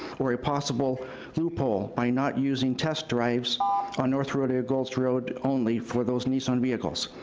or a possible loophole by not using test drives on north rodeo gulch road only for those nissan vehicles?